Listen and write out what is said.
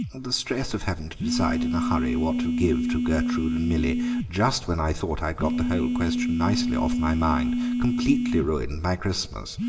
the stress of having to decide in a hurry what to give to gertrude and milly just when i thought i'd got the whole question nicely off my mind completely ruined my christmas,